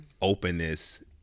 openness